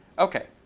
ok.